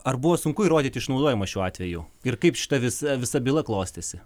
ar buvo sunku įrodyti išnaudojimą šiuo atveju ir kaip šita visa visa byla klostėsi